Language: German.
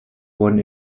wurden